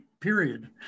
period